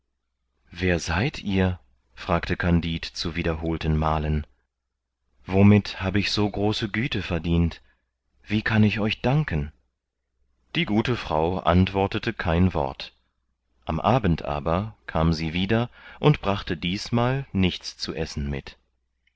wer seid ihr fragte kandid zu wiederholten malen womit hab ich so große güte verdient wie kann ich euch danken die gute frau antwortete kein wort am abend aber kam sie wieder und brachte diesmal nichts zu essen mit